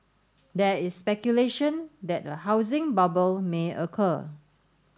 there is speculation that a housing bubble may occur